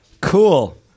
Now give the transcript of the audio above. Cool